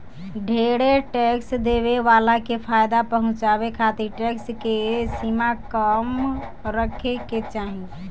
ढेरे टैक्स देवे वाला के फायदा पहुचावे खातिर टैक्स के सीमा कम रखे के चाहीं